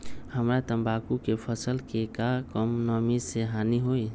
हमरा तंबाकू के फसल के का कम नमी से हानि होई?